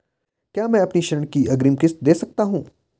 क्या मैं अपनी ऋण की अग्रिम किश्त दें सकता हूँ?